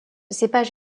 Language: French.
cépage